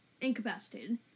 incapacitated